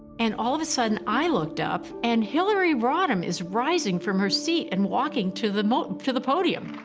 and all of a sudden, i looked up and hillary rodham is rising from her seat and walking to the to the podium.